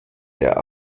der